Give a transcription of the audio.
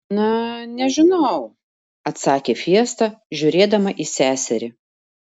na nežinau atsakė fiesta žiūrėdama į seserį